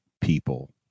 people